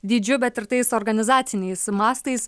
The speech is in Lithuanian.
dydžiu bet ir tais organizaciniais mastais